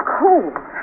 cold